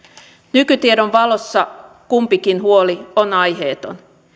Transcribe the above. nykytiedon valossa kumpikin huoli on aiheeton